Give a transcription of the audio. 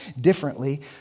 differently